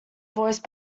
voiced